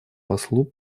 послу